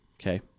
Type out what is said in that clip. Okay